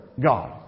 God